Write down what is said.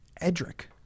Edric